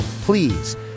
Please